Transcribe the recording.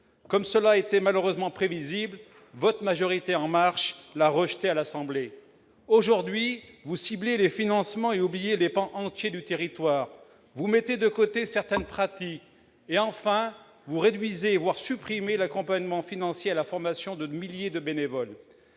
Comme cela était malheureusement prévisible, votre majorité « En Marche » l'a rejeté à l'Assemblée nationale. Aujourd'hui, vous ciblez les financements, vous oubliez des pans entiers du territoire, vous mettez de côté certaines pratiques et enfin vous réduisez, voire supprimez l'accompagnement financier de la formation de milliers de bénévoles.